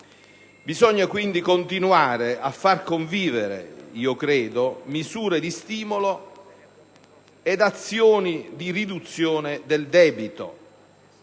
Bisogna, quindi, continuare a far convivere - credo - misure di stimolo e azioni di riduzione del debito.